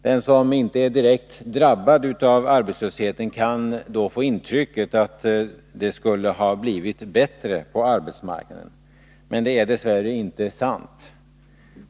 Den som inte är direkt drabbad av arbetslöshet kan få intrycket att det skulle ha blivit bättre på arbetsmarknaden, men det är dess värre inte sant.